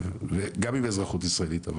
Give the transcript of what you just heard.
וגם עם אזרחות ישראלית.